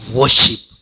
worship